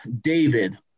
David